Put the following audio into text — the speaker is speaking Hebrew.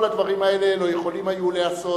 כל הדברים האלה לא יכולים היו להיעשות